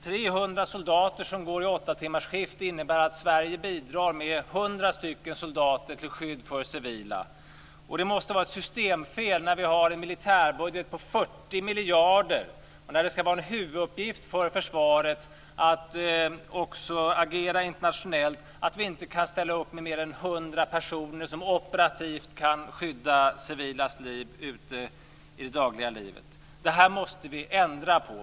300 soldater i åttatimmarsskift innebär att Sverige bidrar med 100 soldater till skydd för civila! Det måste vara ett systemfel när vi har en militärbudget på 40 miljarder och när det ska vara en huvuduppgift för försvaret att också agera internationellt att vi inte kan ställa upp med mer än 100 personer som operativt kan skydda civilas liv ute i det dagliga livet. Det här måste vi ändra på.